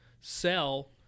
sell